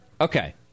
Okay